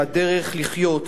אני מאמין שהדרך לחיות,